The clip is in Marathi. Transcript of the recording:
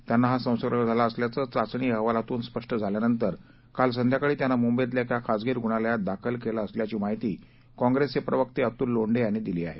त्यांना हा संसर्ग झाला असल्याचं चाचणी अहवालातून स्पष्ट झाल्यानंतर काल संध्याकाळी त्यांना मुंबईतल्या एका खाजगी रुग्णालयात दाखल केलं असल्याची माहिती काँग्रेसचे प्रवक्ते अतूल लोंढे यांनी दिली आहे